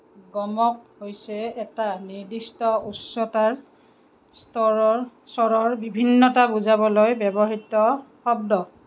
গমক হৈছে এটা নিৰ্দিষ্ট উচ্চতাৰ স্তৰত স্বৰৰ বিভিন্নতা বুজাবলৈ ব্যৱহৃত শব্দ